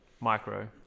micro